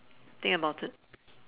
think about it